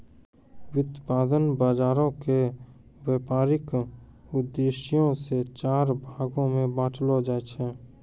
व्युत्पादन बजारो के व्यपारिक उद्देश्यो से चार भागो मे बांटलो जाय छै